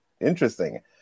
interesting